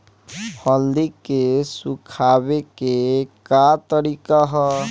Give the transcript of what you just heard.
हल्दी के सुखावे के का तरीका ह?